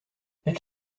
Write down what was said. elle